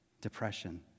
depression